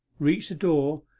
reached the door,